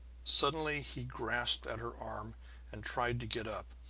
suddenly he grasped at her arm and tried to get up.